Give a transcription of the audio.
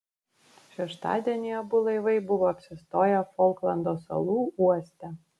šeštadienį abu laivai buvo apsistoję folklando salų uoste